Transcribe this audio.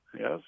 Yes